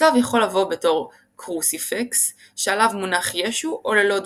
הצלב יכול לבוא בתור קרוסיפיקס שעליו מונח ישו או ללא דמותו.